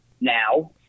now